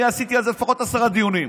אני עשיתי על זה לפחות עשרה דיונים,